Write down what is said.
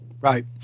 Right